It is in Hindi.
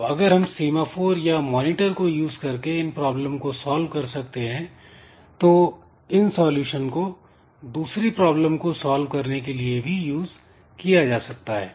तो अगर हम सीमाफोर या मॉनिटर को यूज करके इन प्रॉब्लम को सॉल्व कर सकते हैं तो इन सॉल्यूशन को दूसरी प्रॉब्लम को भी सॉल्व करने के लिए यूज किया जा सकता है